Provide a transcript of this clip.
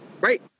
Right